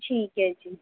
ਠੀਕ ਹੈ ਜੀ